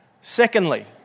Secondly